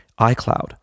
iCloud